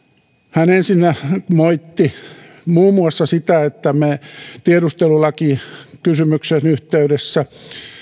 hän ensinnä moitti muun muassa sitä että perussuomalaisten eduskuntaryhmä tiedustelulakikysymyksen yhteydessä